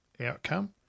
outcome